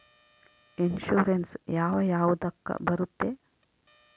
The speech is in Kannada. ಇನ್ಶೂರೆನ್ಸ್ ಯಾವ ಯಾವುದಕ್ಕ ಬರುತ್ತೆ?